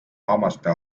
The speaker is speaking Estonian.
hammaste